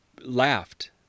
laughed